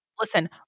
Listen